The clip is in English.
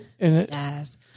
Yes